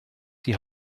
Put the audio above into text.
die